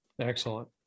Excellent